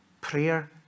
Prayer